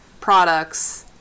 products